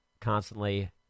constantly